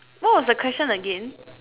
what was the question again